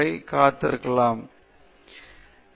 இவை ஒரு பேச்சுக்கு இரண்டு முக்கியமான அம்சங்களாகும்